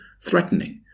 threatening